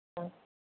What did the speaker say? ஆ